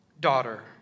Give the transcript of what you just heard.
Daughter